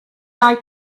like